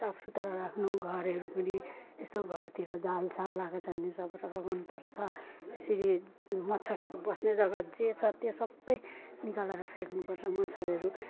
साफ सुथरा राख्नु घरहरू पनि यस्तो घरतिर जाल साल लगाएको छ भने सफा टफा गर्नु पर्छ यसरी मच्छरहरू बस्ने जगा जे छ त्यो सबै निकालेर फ्याँक्नु पर्छ मच्छरहरू